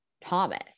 Thomas